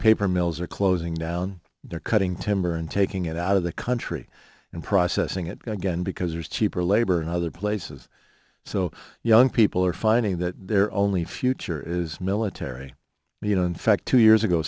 paper mills are closing down they're cutting timber and taking it out of the country and processing it again because there's cheaper labor in other places so young people are finding that their only future is military and you know in fact two years ago